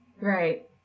Right